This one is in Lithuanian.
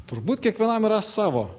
turbūt kiekvienam yra savo